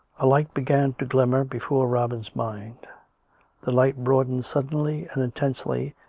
a light began to glimmer before robin's mind the light broadened suddenly and intensely,